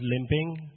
limping